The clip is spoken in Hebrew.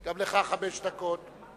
גם לך חמש דקות.